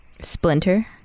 Splinter